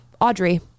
Audrey